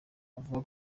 avuga